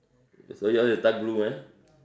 so yours is dark blue ah